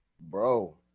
bro